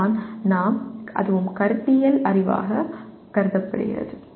அதைத்தான் நாம் அதுவும் கருத்தியல் அறிவாகக் கருதப்படுகிறது